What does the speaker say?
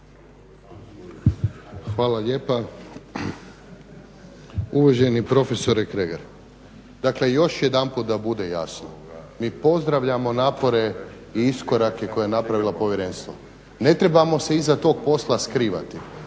Hvala lijepa. Uvaženi profesore Kregar, dakle još jedanput da bude jasno, mi pozdravljamo napore i iskorake koje je napravilo povjerenstvo. Ne trebamo se iza toga posla skrivati.